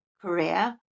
career